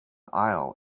aisle